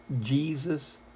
Jesus